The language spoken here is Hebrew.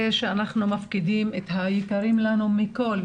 אנחנו מפקידים בידיים שלהם את היקרים לנו מכל.